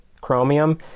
chromium